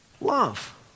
Love